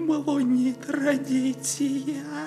maloni tradicija